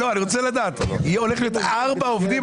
לא, אני רוצה לדעת, הולך להיות ארבעה עובדים?